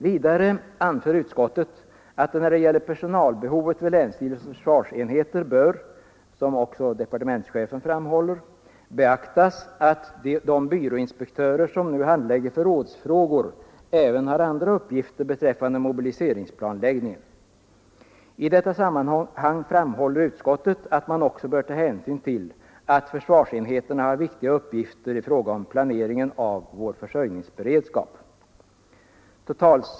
Vidare anför utskottet att det när det gäller personalbehovet vid länsstyrelsernas försvarsenheter bör beaktas — det framhåller också departementschefen — att de byråinspektörer som nu handlägger förrådsfrågor även har andra uppgifter beträffande mobiliseringsplanläggningen. I detta sammanhang framhåller utskottet att man också bör ta hänsyn till att försvarsenheterna har viktiga uppgifter i fråga om planeringen av vår försörjningsberedskap.